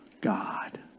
God